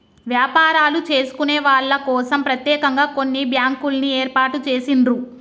వ్యాపారాలు చేసుకునే వాళ్ళ కోసం ప్రత్యేకంగా కొన్ని బ్యాంకుల్ని ఏర్పాటు చేసిండ్రు